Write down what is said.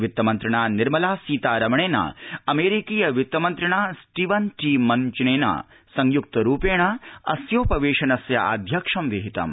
वित्तमन्त्रिणा निर्मला सीतारमणेन अमेरिकीय वित्तमन्त्रिणा स्टीवन टी मन्चीनेन संयुक्तरूपेण अस्योपवेशनस्य आध्यक्ष्य विहितम्